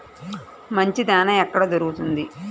మంచి దాణా ఎక్కడ దొరుకుతుంది?